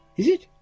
is it?